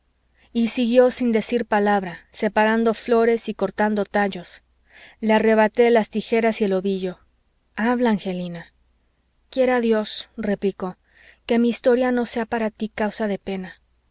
y siguió sin decir palabra separando flores y cortando tallos le arrebaté las tijeras y el ovillo habla angelina quiera dios replicó que mi historia no sea para tí causa de pena